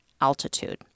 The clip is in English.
altitude